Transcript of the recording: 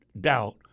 doubt